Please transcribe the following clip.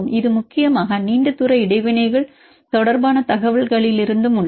இது முக்கியமாக நீண்ட தூர இடைவினைகள் தொடர்பான தகவல்களிலிருந்தும் உள்ளது